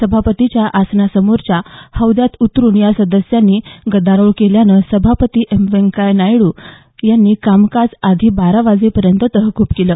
सभापतींच्या आसनासमोरच्या हौद्यात उतरून या सदस्यांनी गदारोळ केल्यानं सभापती व्यंकय्या नायडू यांनी कामकाज आधी बारा वाजेपर्यंत तहकूब केलं